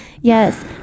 Yes